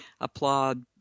applaud